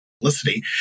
publicity